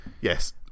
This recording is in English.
yes